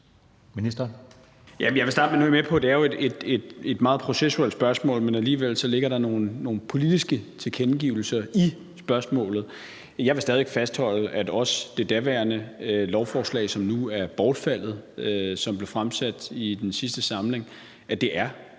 Hummelgaard): Nu er jeg med på, at det jo er et meget processuelt spørgsmål, men alligevel ligger der nogle politiske tilkendegivelser i spørgsmålet. Jeg vil stadig væk fastholde, at også det daværende lovforslag, som nu er bortfaldet, og som blev fremsat i den sidste samling, er en